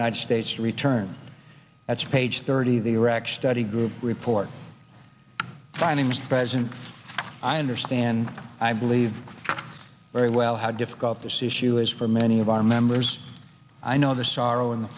united states to return that's page thirty of the iraq study group report findings the president i understand i believe very well how difficult this issue is for many of our members i know the sorrow and the